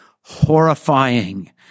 horrifying